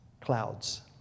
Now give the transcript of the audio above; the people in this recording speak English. Clouds